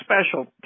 special